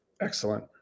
Excellent